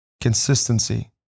consistency